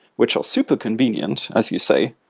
which are super convenient as you say.